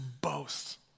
boast